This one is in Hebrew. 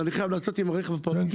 אני חייב לחזור עם הרכב הפרטי שלי.